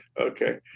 okay